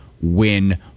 win